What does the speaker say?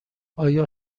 آیا